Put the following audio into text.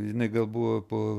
žinai gal buvo po